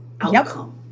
outcome